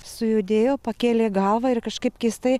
sujudėjo pakėlė galvą ir kažkaip keistai